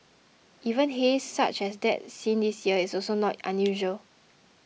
even haze such as that seen this year is also not unusual